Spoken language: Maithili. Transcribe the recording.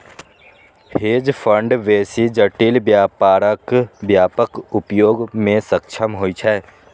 हेज फंड बेसी जटिल व्यापारक व्यापक उपयोग मे सक्षम होइ छै